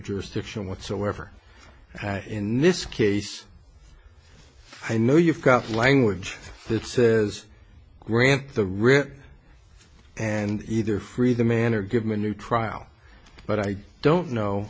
jurisdiction whatsoever in this case i know you've got language that says grant the writ and either free the man or give me a new trial but i don't know